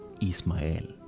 Ismael